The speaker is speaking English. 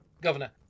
governor